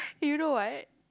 you know what